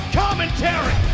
commentary